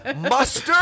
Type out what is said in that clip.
mustard